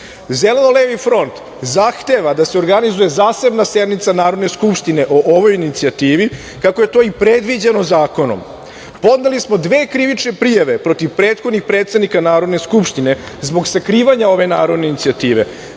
Srbije? Zeleno-levi front zahteva da se organizuje zasebna sednica Narodne skupštine o ovoj inicijativi, kako je to i predviđeno zakonom. Podneli smo dve krivične prijave protiv prethodnih predsednika Narodne skupštine zbog sakrivanja ove narodne inicijative.